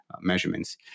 measurements